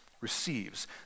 receives